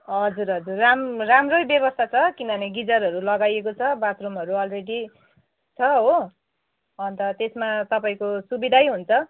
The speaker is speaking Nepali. हजुर हजुर राम् राम्रै व्यवस्था छ किनभने ग्रिजरहरू लगाइएको छ बाथरुमहरू अलरेडी छ हो अन्त त्यसमा तपाईँको सुविधै हुन्छ